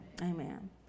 Amen